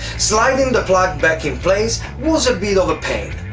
sliding the plug back in place was a bit of a pain.